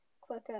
quicker